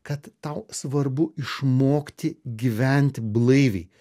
kad tau svarbu išmokti gyventi blaiviai